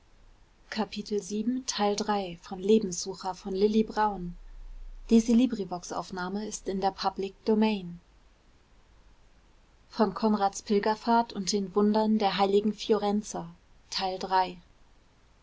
kapitel von konrads pilgerfahrt und den wundern der